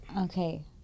Okay